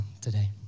today